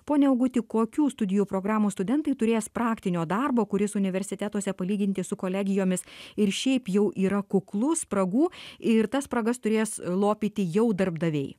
pone auguti kokių studijų programų studentai turės praktinio darbo kuris universitetuose palyginti su kolegijomis ir šiaip jau yra kuklus spragų ir tas spragas turės lopyti jau darbdaviai